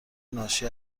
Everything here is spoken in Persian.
ناشی